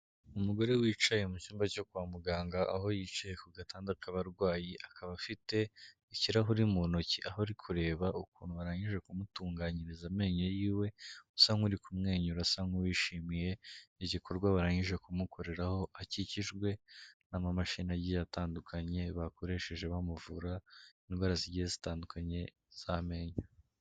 Umugore wicaye mu cyumba cyo kwa muganga aho yicaye ku gatanda k'abarwayi, akaba afite ikirahuri mu ntoki aho ari kureba ukuntu barangije kumutunganyiriza amenyo y'iwe, usa nk'uri kumwenyura asa nk'uwishimiye igikorwa barangije kumukoreraho, akikijwe n'amamashagi atandukanye bakoresheje bamuvura indwara zigiye zitandukanye z'amenyo.